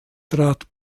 trat